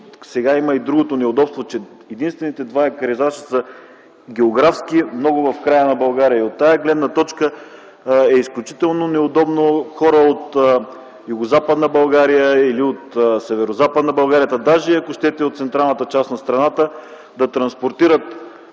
сега има и другото неудобство, че единствените два екарисажа географски са много в края на България. От тази гледна точка е изключително неудобно хора от Югозападна България или от Северозападна България, даже, ако щете, от централната част на страната, да транспортират